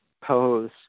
pose